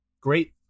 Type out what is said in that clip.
great